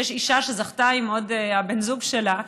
יש אישה שזכתה עם הבן זוג שלה,